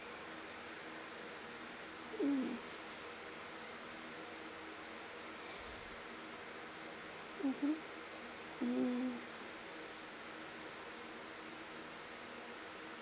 mm mmhmm mm